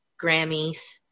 Grammys